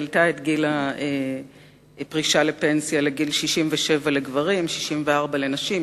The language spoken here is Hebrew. והעלתה את גיל הפרישה לפנסיה ל-67 לגברים ול-64 לנשים.